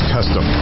Custom